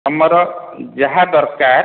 ତୁମର ଯାହା ଦରକାର